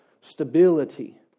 stability